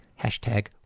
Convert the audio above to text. Hashtag